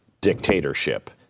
dictatorship